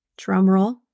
drumroll